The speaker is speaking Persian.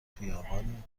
خیابانی